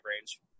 range